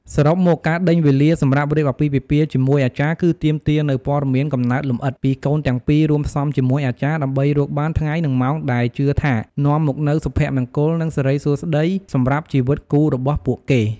សរុបមក ការដេញវេលាសម្រាប់រៀបអាពាហ៍ពិពាហ៍ជាមួយអាចារ្យ គឺទាមទារនូវ ព័ត៌មានកំណើតលម្អិត ពីកូនទាំងពីរ រួមផ្សំជាមួយ អាចារ្យ ដើម្បីរកបានថ្ងៃនិងម៉ោងដែលជឿថា នាំមកនូវសុភមង្គល និងសិរីសួស្ដីសម្រាប់ជីវិតគូរបស់ពួកគេ។